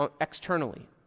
externally